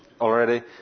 already